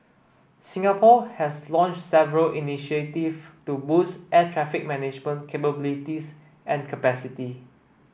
Singapore has launched several initiative to boost air traffic management capabilities and capacity